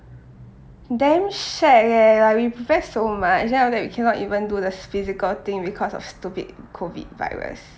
damn shag eh like we prepare so much then after that we cannot even do the physical thing because of stupid COVID virus